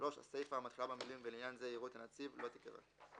(3)הסיפה המתחילה במילים "ולענין זה יראו את הנציב" לא תיקרא,